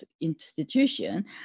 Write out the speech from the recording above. institution